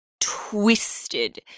twisted